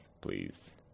Please